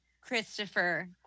Christopher